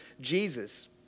Jesus